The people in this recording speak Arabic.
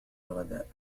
الغداء